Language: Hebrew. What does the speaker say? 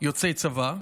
יוצא צבא,